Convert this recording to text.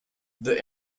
the